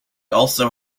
also